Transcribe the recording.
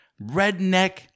redneck